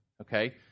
Okay